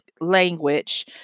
language